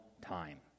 time